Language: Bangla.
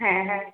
হ্যাঁ হ্যাঁ